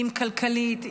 אם כלכלית,